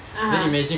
(uh huh)